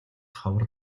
ховор